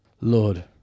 Lord